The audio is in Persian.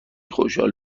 خوشحال